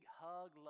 hug